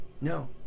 No